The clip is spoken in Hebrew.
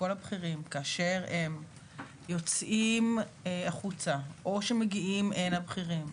כל הבכירים כאשר הם יוצאים החוצה או שמגיעים הנה בכירים,